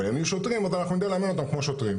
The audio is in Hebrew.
אבל הם יהיו שוטרים אז אנחנו נדע לאמן אותם כמו שוטרים.